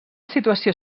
situació